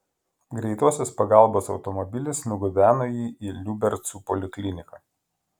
greitosios pagalbos automobilis nugabeno jį į liubercų polikliniką